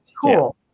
cool